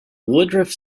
woodruff